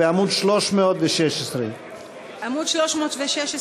בעמוד 316. עמוד 316 מושכים.